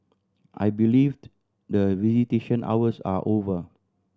I believed the visitation hours are over